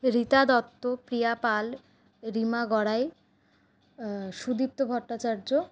Rita Dutta Priya Pal Rima Garai Sudipta Bhattacharya